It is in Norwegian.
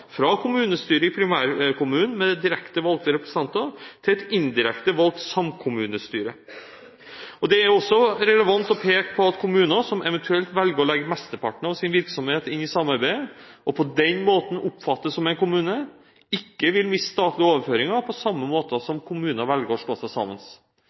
fra kommunestyret i primærkommunen, med direkte valgte representanter, til et indirekte valgt samkommunestyre. Det er også relevant å peke på at kommuner som eventuelt velger å legge mesteparten av sin virksomhet inn i samarbeidet, og på den måten oppfattes som en kommune, ikke vil miste statlige overføringer, på samme måte som kommuner som velger å slå seg sammen.